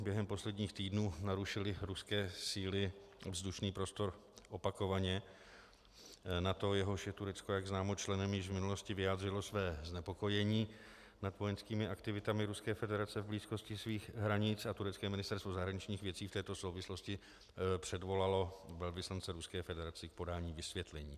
Během posledních týdnů narušily ruské síly vzdušný prostor opakovaně: NATO, jehož je Turecko, jak známo, členem, již v minulosti vyjádřilo své znepokojení nad vojenskými aktivitami Ruské federace v blízkosti svých hranic a turecké ministerstvo zahraničních věcí v této souvislosti předvolalo velvyslance Ruské federace k podání vysvětlení.